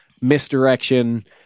misdirection